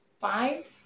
five